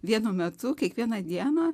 vienu metu kiekvieną dieną